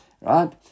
Right